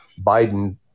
Biden